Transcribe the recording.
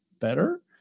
better